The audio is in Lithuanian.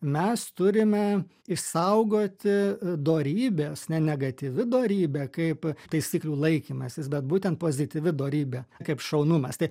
mes turime išsaugoti dorybes ne negatyvi dorybė kaip taisyklių laikymasis bet būtent pozityvi dorybė kaip šaunu mes tai